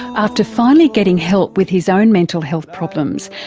after finally getting help with his own mental health problems,